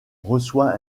reçoit